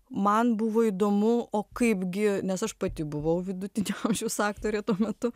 man buvo įdomu o kaip gi nes aš pati buvau vidutinio amžiaus aktorė tuo metu